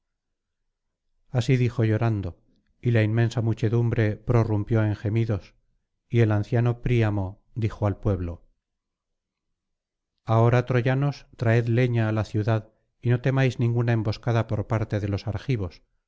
así dijo llorando y la inmensa muchedumbre prorrumpió en gemidos y el anciano príamo dijo al pueblo ahora troyanos traed leña á la ciudad y no temáis ninguna emboscada por parte de los argivos